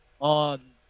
On